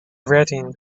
reading